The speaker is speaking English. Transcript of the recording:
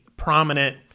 prominent